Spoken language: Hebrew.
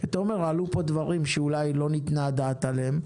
אתה אומר שעלו פה דברים שאולי לא ניתנה הדעת עליהם,